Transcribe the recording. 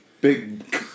Big